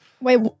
Wait